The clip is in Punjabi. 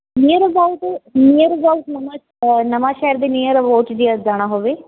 ਨੀਅਰ ਅਬਾਊਟ ਨੀਅਰ ਅਬਾਊਟ ਨਵਾਂ ਨਵਾਂਸ਼ਹਿਰ ਦੇ ਨੀਅਰ ਅਬਾਊਟ ਜੇ ਜਾਣਾ ਹੋਵੇ